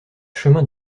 chemin